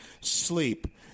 Sleep